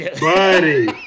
buddy